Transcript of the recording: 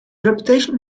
reputation